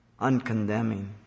uncondemning